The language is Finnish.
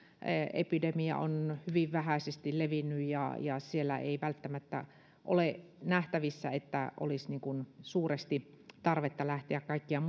epidemia on hyvin vähäisesti levinnyt ja ja siellä ei välttämättä ole nähtävissä että olisi suuresti tarvetta lähteä kaikkien